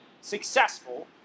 successful